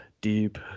deep